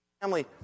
family